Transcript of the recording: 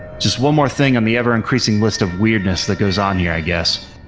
just one more thing on the ever-increasing list of weirdness that goes on here, i guess.